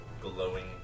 glowing